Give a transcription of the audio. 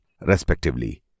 respectively